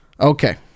Okay